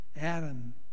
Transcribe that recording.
Adam